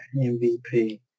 MVP